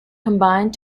combined